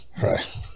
Right